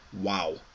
Wow